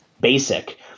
basic